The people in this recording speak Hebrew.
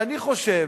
אני חושב